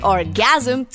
Orgasm